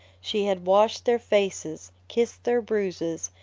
she had washed their faces, kissed their bruises,